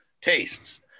tastes